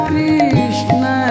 Krishna